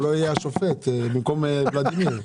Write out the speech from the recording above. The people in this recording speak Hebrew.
אולי הוא יהיה השופט במקום ולדימיר?